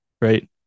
right